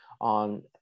on